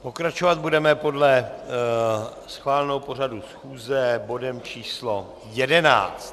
Pokračovat budeme podle schváleného pořadu schůze bodem číslo 11.